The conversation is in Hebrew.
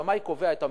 השמאי קובע את המחיר,